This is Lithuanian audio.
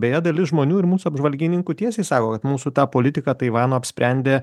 beje dalis žmonių ir mūsų apžvalgininkų tiesiai sako kad mūsų tą politiką taivano apsprendė